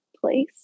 place